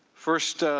first,